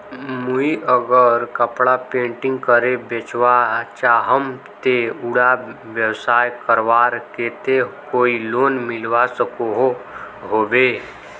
मुई अगर कपड़ा पेंटिंग करे बेचवा चाहम ते उडा व्यवसाय करवार केते कोई लोन मिलवा सकोहो होबे?